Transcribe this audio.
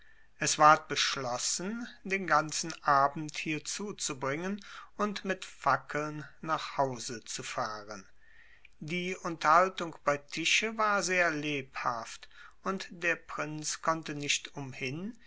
es ward beschlossen den ganzen abend hier zuzubringen und mit fackeln nach hause zu fahren die unterhaltung bei tische war sehr lebhaft und der prinz konnte nicht umhin